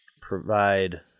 provide